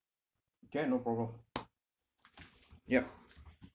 can no problem yup